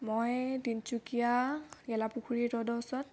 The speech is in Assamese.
মই তিনিচুকীয়া গেলাপুখুৰী ৰোডৰ ওচৰত